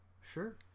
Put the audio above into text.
Sure